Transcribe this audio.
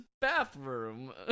bathroom